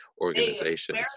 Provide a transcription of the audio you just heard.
organizations